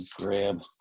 grab